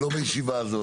לא מהישיבה הזאת,